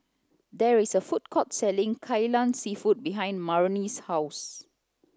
there is a food court selling Kai Lan seafood behind Marnie's house